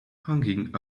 hanging